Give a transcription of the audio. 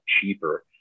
cheaper